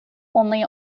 only